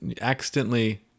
accidentally